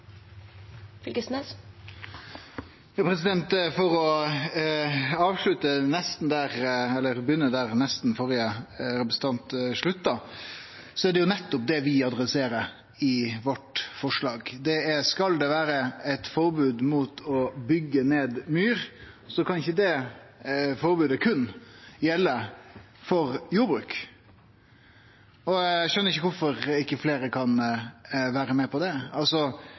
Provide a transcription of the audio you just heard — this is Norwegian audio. det jo nettopp det vi adresserer i forslaget vårt: Skal det vere eit forbod mot å byggje ned myr, kan ikkje det forbodet berre gjelde for jordbruk. Eg skjønar ikkje kvifor ikkje fleire kan vere med på det. Altså: